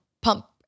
pump